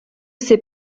ses